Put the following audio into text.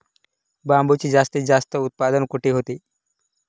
बांबूचे जास्तीत जास्त उत्पादन कुठे होते?